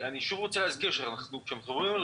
אני שוב רוצה להזכיר שכאשר מדברים על